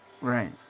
Right